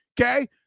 Okay